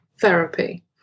therapy